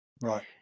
Right